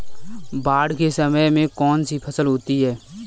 बाढ़ के समय में कौन सी फसल होती है?